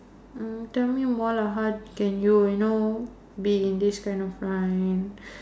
uh tell me more lah how can you you know be in this kind of line